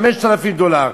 5,000 דולר,